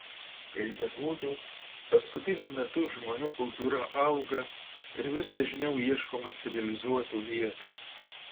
kaip bebūtų paskutiniu metu žmonių kultūra auga ir vis dažniau ieškoma civilizuotų vietų